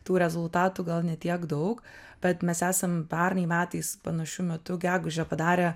tų rezultatų gal ne tiek daug bet mes esam pernai metais panašiu metu gegužę padarę